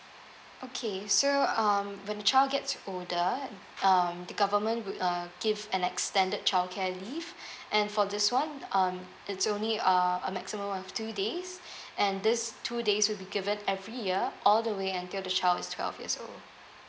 okay so um when the child gets older um the government would uh give an extended childcare leave and for this one um it's only uh a maximum of two days and this two days will be given every year all the way until the child is twelve years old